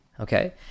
okay